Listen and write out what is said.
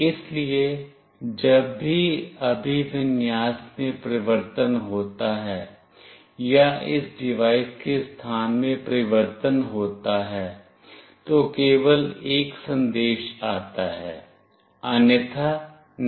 इसलिए जब भी अभिविन्यास में परिवर्तन होता है या इस डिवाइस के स्थान में परिवर्तन होता है तो केवल एक संदेश आता है अन्यथा नहीं